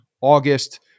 August